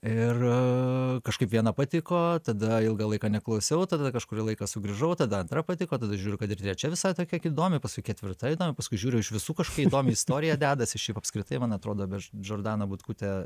ir kažkaip viena patiko tada ilgą laiką neklausiau tada kažkurį laiką sugrįžau tada antra patiko tada žiūriu kad ir trečia visa tokia įdomi paskui ketvirta daina paskui žiūriu iš visų kažkuo įdomi istorija dedasi šiaip apskritai man atrodo veš džordana butkutė